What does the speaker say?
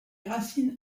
racines